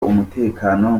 umutekano